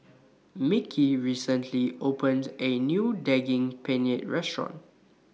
Mickie recently opened The A New Daging Penyet Restaurant